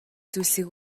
зүйлсийг